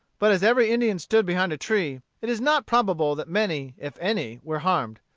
but as every indian stood behind a tree, it is not probable that many, if any, were harmed.